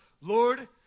Lord